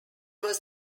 was